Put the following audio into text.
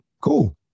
cool